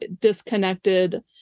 disconnected